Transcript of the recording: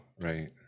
right